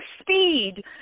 speed